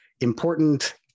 important